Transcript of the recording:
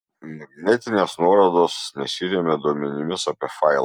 magnetinės nuorodos nesiremia duomenimis apie failą